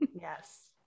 Yes